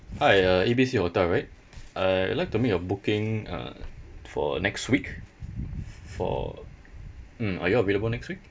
hi uh A B C hotel right uh I'd like to make a booking uh for next week for mm are you all available next week